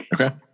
Okay